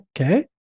Okay